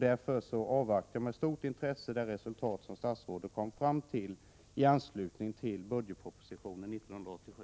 Jag avvaktar med stort intresse det resultat som statsrådet kommer fram till i budgetpropositionen 1987.